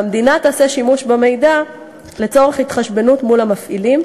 והמדינה תעשה שימוש במידע לצורך התחשבנות מול המפעילים,